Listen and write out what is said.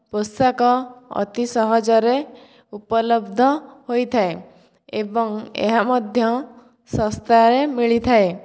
ପୋଷାକ ଅତି ସହଜରେ ଊପଲବ୍ଧ ହୋଇଥାଏ ଏବଂ ଏହା ମଧ୍ୟ ଶସ୍ତାରେ ମିଳିଥାଏ